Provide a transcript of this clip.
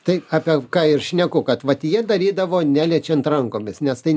tai apie ką ir šneku kad vat jie darydavo neliečiant rankomis nes tai